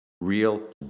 real